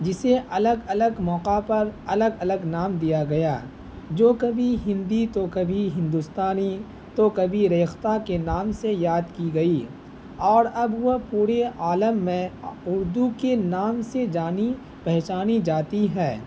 جسے الگ الگ موقعہ پر الگ الگ نام دیا گیا جو کبھی ہندی تو کبھی ہندوستانی تو کبھی ریختہ کے نام سے یاد کی گئی اور اب وہ پورے عالم میں اردو کے نام سے جانی پہچانی جاتی ہے